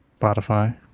Spotify